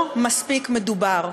לא מספיק מדובר.